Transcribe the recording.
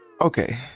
Okay